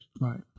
Right